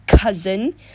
Cousin